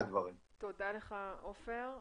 תודה עופר.